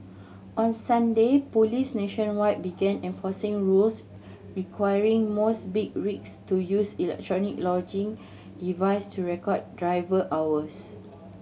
on Sunday police nationwide began enforcing rules requiring most big rigs to use electronic logging devices to record driver hours